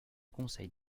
conseil